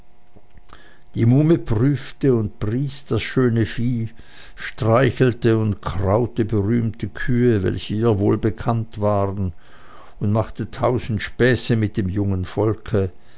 die muhme prüfte und pries das schöne vieh streichelte und kraute berühmte kühe welche ihr wohlbekannt waren und machte tausend späße mit dem jungen volke